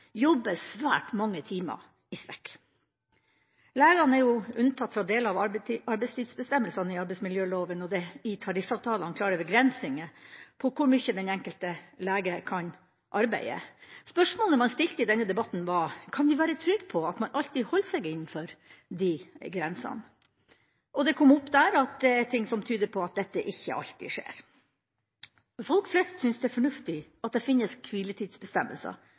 jobber svært mange timer i strekk. Legene er unntatt fra deler av arbeidstidsbestemmelsene i arbeidsmiljøloven, og det er i tariffavtaler klare begrensninger på hvor mye den enkelte lege kan arbeide. Spørsmålet man stilte i denne debatten, var: Kan vi være trygg på at man alltid holder seg innenfor disse grensene? Det kom fram der at det er ting som tyder på at dette ikke alltid skjer. Folk flest synes det er fornuftig at det finnes hviletidsbestemmelser